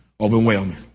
overwhelming